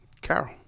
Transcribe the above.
Carol